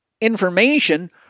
information